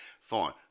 fine